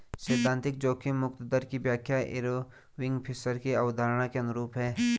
सैद्धांतिक जोखिम मुक्त दर की व्याख्या इरविंग फिशर की अवधारणा के अनुरूप है